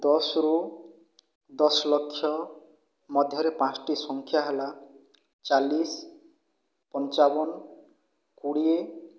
ଦଶରୁ ଦଶ ଲକ୍ଷ ମଧ୍ୟରେ ପାଞ୍ଚ୍ଟି ସଂଖ୍ୟା ହେଲା ଚାଳିଶ ପଞ୍ଚାବନ କୋଡ଼ିଏ